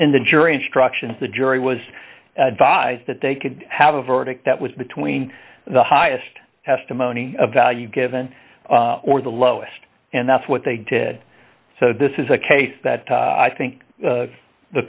and the jury instructions the jury was advised that they could have a verdict that was between the highest testimony a value given or the lowest and that's what they did so this is a case that i think